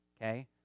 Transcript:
okay